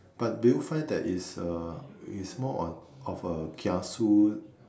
but do you find that is uh is more on of a kiasu